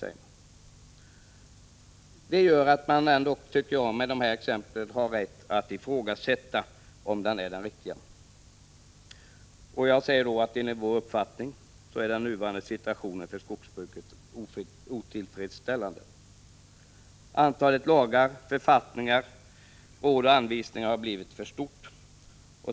Jag tycker att man med de exempel som jag har givit ändå har rätt att ifrågasätta om den nu gällande lagstiftningen är den riktiga. Enligt vår uppfattning är den nuvarande situationen för skogsbruket otillfredsställande. Antalet lagar, författningar, råd och anvisningar har blivit för stort.